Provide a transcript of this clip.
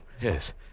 Yes